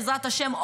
בעזרת השם,